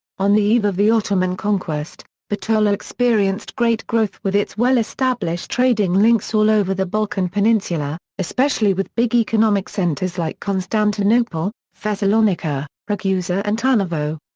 on the eve of the ottoman conquest, bitola experienced great growth with its well-established trading links all over the balkan peninsula, especially with big economic centers like constantinople, thessalonica, ragusa and tarnovo.